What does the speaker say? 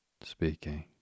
speaking